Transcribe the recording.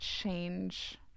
change